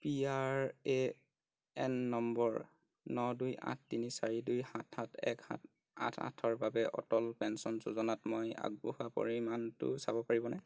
P R A N number ন দুই আঠ তিনি চাৰি দুই সাত সাত এক সাত আঠ আঠ ৰ বাবে অটল পেঞ্চন যোজনাত মই আগবঢ়োৱা পৰিমাণটো চাব পাৰিবনে